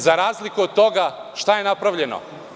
Za razliku od toga, šta je napravljeno?